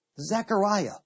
Zechariah